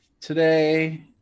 today